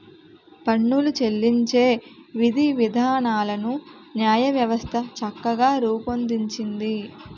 పన్నులు చెల్లించే విధివిధానాలను న్యాయవ్యవస్థ చక్కగా రూపొందించింది